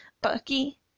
Bucky